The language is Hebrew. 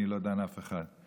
אני לא דן אף אחד.